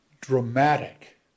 dramatic